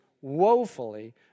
woefully